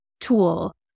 tool